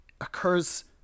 occurs